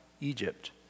Egypt